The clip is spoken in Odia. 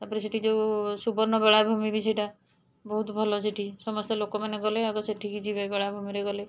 ତା'ପରେ ସେଇଠି ଯେଉଁ ସୁବର୍ଣ୍ଣ ବେଳାଭୂମି ବି ସେଇଟା ବହୁତ ଭଲ ସେଇଠି ସମସ୍ତ ଲୋକମାନେ ଗଲେ ଆଗ ସେଠିକି ଯିବେ ବେଳାଭୂମିରେ ଗଲେ